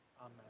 Amen